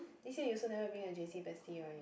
this year you also never bring your j_c bestie right